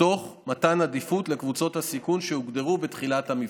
תוך מתן עדיפות לקבוצות הסיכון שהוגדרו בתחילת המבצע.